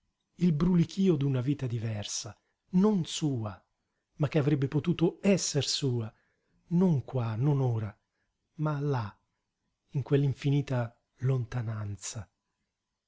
il brulichío d'una vita diversa non sua ma che avrebbe potuto esser sua non qua non ora ma là in quell'infinita lontananza